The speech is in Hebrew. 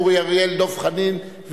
האיסור צפוי לצמצם את הנגישות והזמינות של כלל